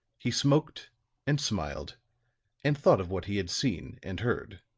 he smoked and smiled and thought of what he had seen and heard.